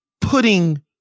putting